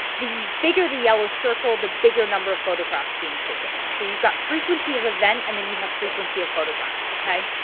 the bigger the yellow circle the bigger number of photographs being taken there. so you've got frequency of event and then you have frequency of photograph. okay?